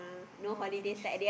no holiday